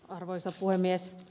arvoisa puhemies